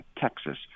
Texas